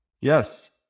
Yes